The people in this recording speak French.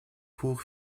pour